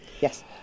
Yes